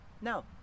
No